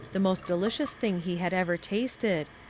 the most delicious thing he had ever tasted,